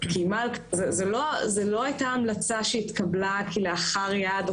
זו לא היתה המלצה שהתקבלה כלאחר יד או